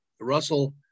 Russell